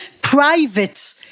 private